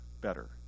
better